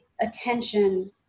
attention